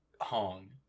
Hong